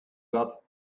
got